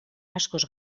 askoz